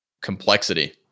Complexity